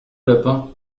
lapin